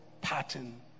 pattern